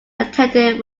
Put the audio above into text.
attended